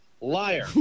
liar